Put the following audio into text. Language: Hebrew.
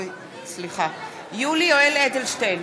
יולי יואל אדלשטיין,